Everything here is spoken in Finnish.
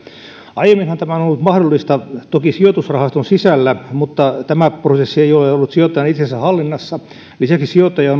aiemminhan tämä on ollut mahdollista toki sijoitusrahaston sisällä mutta tämä prosessi ei ole ollut sijoittajan itsensä hallinnassa lisäksi sijoittaja